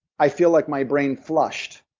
i feel like my brain flushed.